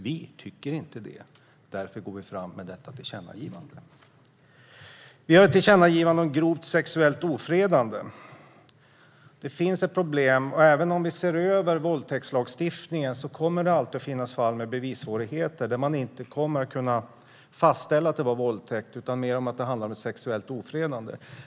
Det tycker inte vi, så därför går vi fram med vårt tillkännagivande. Vi har även ett tillkännagivande om grovt sexuellt ofredande. Det finns ett problem här. Även om vi ser över våldtäktslagstiftningen kommer det alltid att finnas fall med bevissvårigheter. Man kommer inte att kunna fastställa att det har handlat om våldtäkt, utan mer om sexuellt ofredande.